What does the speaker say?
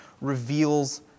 reveals